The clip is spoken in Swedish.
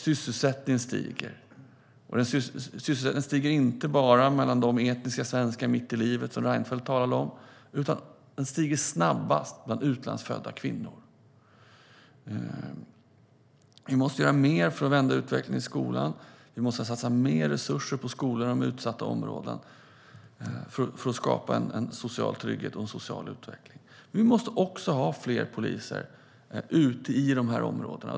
Sysselsättningen stiger, och den stiger inte bara bland de etniska svenskarna mitt i livet som Reinfeldt talade om, utan den stiger snabbast bland utlandsfödda kvinnor. Vi måste göra mer för att vända utvecklingen i skolan. Vi måste satsa mer resurser på skolor i de utsatta områdena för att skapa en social trygghet och en social utveckling. Vi måste också ha fler poliser ute i de här områdena.